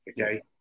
okay